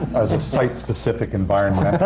as a site-specific environmental yeah